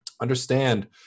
understand